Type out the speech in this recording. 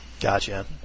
Gotcha